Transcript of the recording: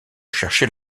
chercher